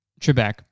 Trebek